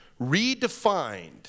redefined